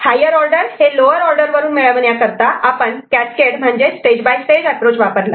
higher order हे lower order वरून मिळविण्या करता आपण cascaded stage by stage approach वापरला